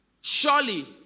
Surely